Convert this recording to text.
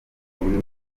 buri